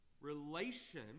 relation